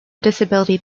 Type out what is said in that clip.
disability